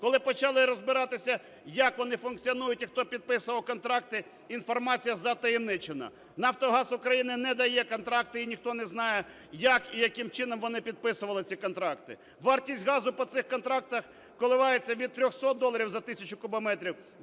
Коли почали розбиратися, як вони функціонують і хто підписував контракти, інформація затаємничена. "Нафтогаз України" не дає контракти і ніхто не знає, як і яким чином вони підписували ці контракти. Вартість газу по цих контрактах коливається від 300 доларів за тисячу кубометрів